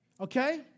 okay